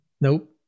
Nope